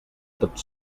tot